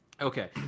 okay